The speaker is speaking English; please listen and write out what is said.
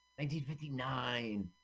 1959